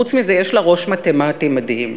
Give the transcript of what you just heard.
וחוץ מזה יש לה ראש מתמטי מדהים.